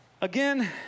Again